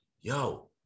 yo